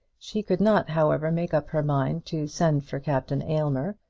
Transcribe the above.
she could not, however, make up her mind to send for captain aylmer,